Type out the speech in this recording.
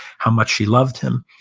how much she loved him.